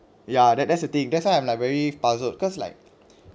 ya that that's the thing that's why I'm like very puzzled cause like